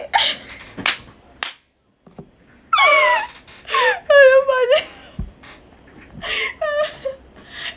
that's so funny